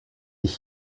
ich